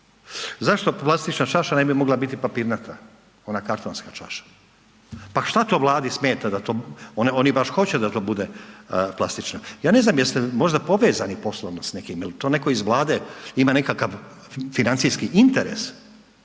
Zašto plastična čaša ne bi mogla biti papirnata, ona kartonska čaša, pa šta to Vladi smeta da to, oni, oni baš hoće da to bude plastična. Ja ne znam jeste možda povezani poslovno s nekim, jel to neko iz Vlade ima nekakav financijski interes